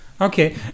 Okay